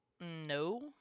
No